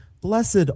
Blessed